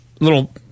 little